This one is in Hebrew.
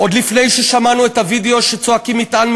עוד לפני ששמענו את הווידיאו שצועקים: "מטען,